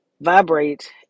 vibrate